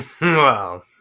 Wow